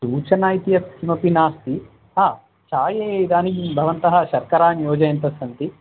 सूचना इति यत् किमपि नास्ति हा चाये इदानीं भवन्तः शर्करां योजयन्तः सन्ति